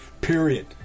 Period